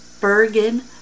Bergen